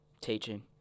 Teaching